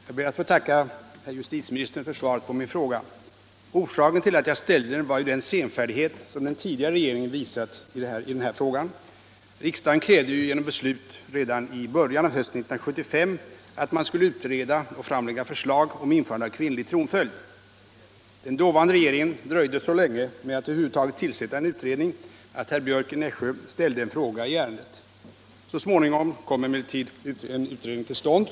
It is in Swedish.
Herr talman! Jag ber att få tacka herr justitieministern för svaret på min fråga. Orsaken till att jag ställde frågan var den senfärdighet som den tidigare regeringen visat i detta avseende. Riksdagen krävde ju genom beslut redan i början av hösten 1975 att man skulle utreda och framlägga förslag om införande av kvinnlig tronföljd. Den dåvarande regeringen dröjde så länge med att över huvud taget tillsätta en utredning att herr Björck i Nässjö ställde en fråga i ärendet. Så småningom kom emellertid en utredning till stånd.